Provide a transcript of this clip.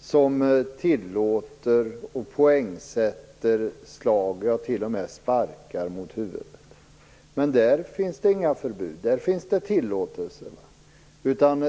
som tillåter och poängsätter slag och t.o.m. sparkar mot huvudet. Men för dem finns inga förbud. De är tillåtna.